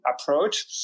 approach